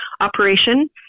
operation